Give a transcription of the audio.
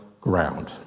ground